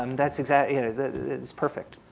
um that's exactly you know it's perfect.